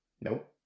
Nope